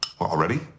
Already